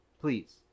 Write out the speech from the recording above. Please